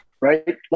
right